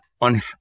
on